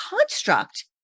construct